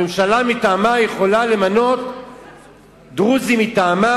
הממשלה מטעמה יכולה למנות דרוזי מטעמה,